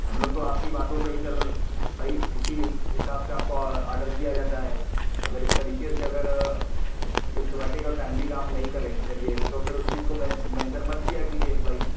हम लोग तो आपकी बातों पे ही चल भई उसी हि हिसाब से आपको ऑर्डर किया जाता है अगर इस तरीके से अगर सिस्टमेटिक और टाइमली काम नहीं करे करिएगा तो फिर उस चीज़ को मै मेंसन मत किया कीजिए भाई